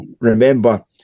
remember